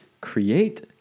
create